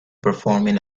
performing